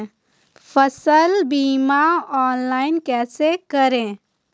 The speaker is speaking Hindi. फसल बीमा ऑनलाइन कैसे करें?